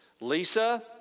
Lisa